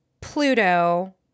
Pluto